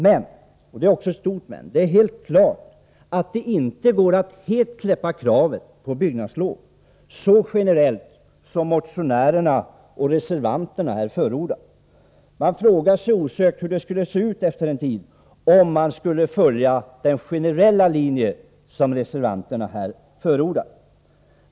Men — och det är ett stort men — det är också helt klart att det inte går att helt släppa kravet på byggnadslov så generellt som motionärerna och reservanterna förordar. Man frågar sig osökt hur det skulle se ut efter en tid om vi skulle följa den generella linje som reservanterna här förordar.